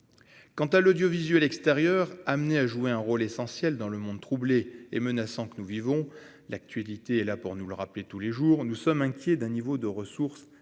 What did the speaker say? quant à l'audiovisuel extérieur, amené à jouer un rôle essentiel dans le monde troublé et menaçant que nous vivons l'actualité est là pour nous le rappeler tous les jours, nous sommes inquiets d'un niveau de ressources